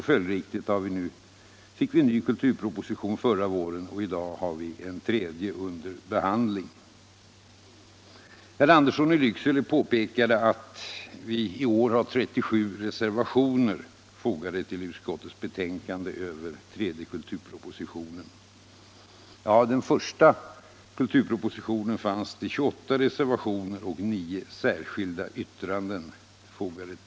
Följdriktigt kom det en ny kulturproposition förra våren, och i dag har vi Kulturpolitiken Kulturpolitiken Herr Andersson i Lycksele påpekade att vi i år har 37 reservationer fogade vid utskousbetänkandet över den tredje kulturpropositionen. Ja. och till betänkandet över den första kulturpropositionen var det fogat 28 reservationer och nio särskilda yttranden.